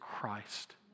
Christ